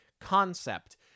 concept